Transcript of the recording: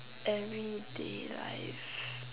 everyday life